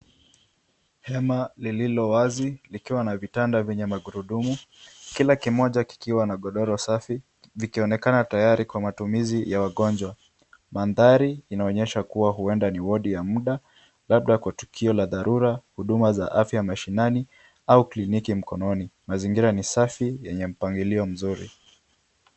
Hema lililo wazi, likiwa na vitanda vyenye magurudumu, kila kimoja kikiwa na godoro safi, vikionekana tayari kwa matumizi ya wagonjwa. Mandhari inaonyesha kuwa huenda ni wodi ya muda labda kwa tukio la dharura, huduma za afya mashinani au kliniki mkononi. Mazingira ni safi, yenye mpangilio mzuri.